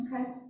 Okay